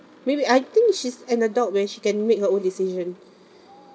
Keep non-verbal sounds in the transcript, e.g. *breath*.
maybe I think she's an adult when she can make her own decision *breath*